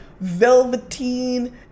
velveteen